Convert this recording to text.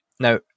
Now